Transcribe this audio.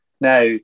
Now